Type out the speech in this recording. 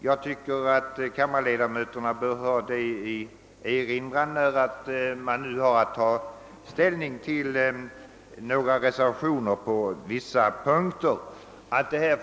Kammarens ledamöter bör ha det i minnet, när man skall ta ställning till de reservationer som avgivits på vissa punkter.